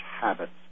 habits